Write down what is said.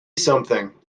something